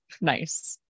nice